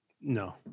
No